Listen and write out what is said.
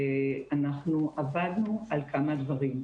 אנחנו עבדנו על כמה דברים.